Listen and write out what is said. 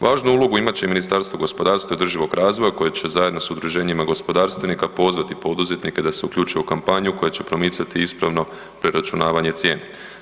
Važnu ulogu imat će Ministarstvo gospodarstva i održivog razvoja koje će zajedno s udruženjima gospodarstvenika pozvati poduzetnike da se uključe u kampanju koja će promicati ispravno preračunavanje cijene.